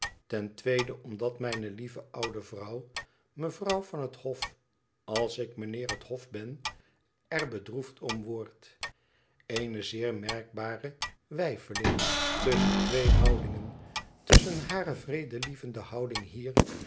ten tweede omdat mijne lieve oude vrouw mevrouw van het hof als ik mijnheer het hof ben er bedroefd om wordt eene zeer merkbare weifeling tusschen twee houdingen tusschen hare vredelievende houding hier